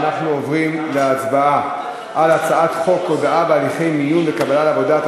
אנחנו עוברים להצבעה על הצעת חוק הודעה בהליכי מיון וקבלה לעבודה,